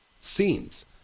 scenes